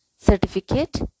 certificate